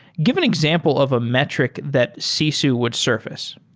give an example of a metric that sisu would surface